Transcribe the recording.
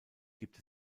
gibt